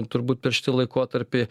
turbūt per šitą laikotarpį